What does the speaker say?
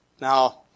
Now